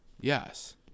Yes